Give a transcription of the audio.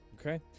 Okay